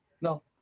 No